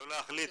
לא להחליט.